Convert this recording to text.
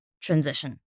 transition